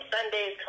Sundays